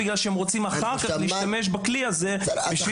בגלל שהם רוצים אחר כך להשתמש בכלי הזה בשביל